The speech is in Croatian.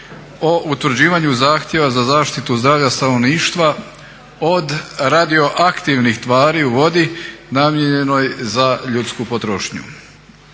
o utvrđivanju zahtjeva za zaštitu zdravlja stanovništva od radioaktivnih tvari u vodi namijenjenoj za ljudsku potrošnju.